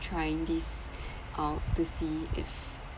trying this out to see if